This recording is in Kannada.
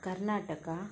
ಕರ್ನಾಟಕ